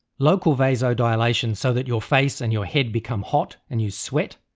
local vasodilation so that your face and your head become hot and you sweat,